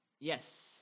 Yes